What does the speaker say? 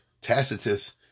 Tacitus